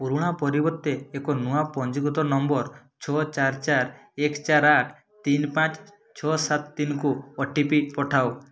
ପୁରୁଣା ପରିବର୍ତ୍ତେ ଏକ ନୂଆ ପଞ୍ଜୀକୃତ ନମ୍ବର୍ ଛଅ ଚାର ଚାର ଏକ ଚାର ଆଠ ତିନି ପାଞ୍ଚ ଛଅ ସାତ ତିନିକୁ ଓ ଟି ପି ପଠାଅ